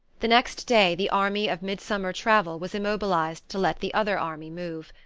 the next day the army of midsummer travel was immobilized to let the other army move.